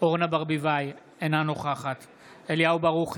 אורנה ברביבאי, אינה נוכחת אליהו ברוכי,